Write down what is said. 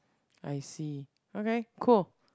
I see okay cool